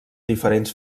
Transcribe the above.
diferents